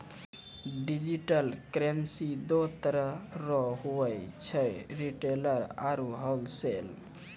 digital currency दो तरह रो हुवै छै रिटेल आरू होलसेल